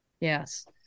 Yes